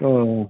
ஓ ஓ